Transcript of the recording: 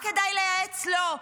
מה כדאי לייעץ לו?